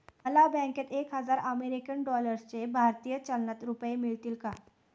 मला बँकेत एक हजार अमेरीकन डॉलर्सचे भारतीय चलनात रुपये मिळतील का?